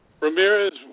Ramirez